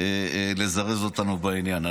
לזרז אותנו בעניין.